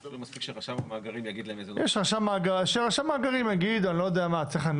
יש רשם מאגרים, אז שרשם המאגרים יגיד מה צריך.